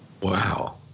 Wow